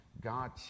God